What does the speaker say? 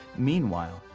meanwhile,